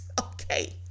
Okay